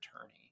attorney